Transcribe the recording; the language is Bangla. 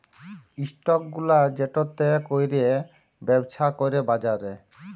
ইস্টক গুলা যেটতে ক্যইরে ব্যবছা ক্যরে বাজারে